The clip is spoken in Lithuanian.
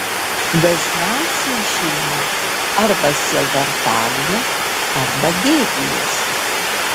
dažniausiai šeima arba sielvartauja arba gėdijasi